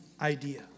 idea